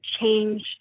change